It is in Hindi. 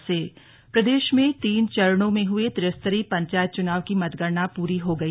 त्रिस्तरीय पंचायत चुनाव प्रदेश में तीन चरणों में हुए त्रिस्तरीय पंचायत चुनाव की मतगणना पूरी हो गई